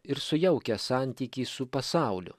ir sujaukia santykį su pasauliu